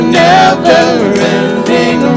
never-ending